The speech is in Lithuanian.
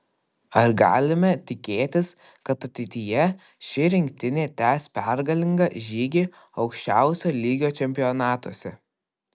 ar galime tikėtis kad ateityje ši rinktinė tęs pergalingą žygį aukščiausio lygio čempionatuose